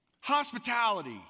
Hospitality